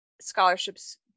scholarships